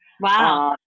Wow